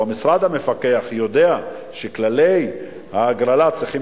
או המשרד המפקח יודע שכללי ההגרלה צריכים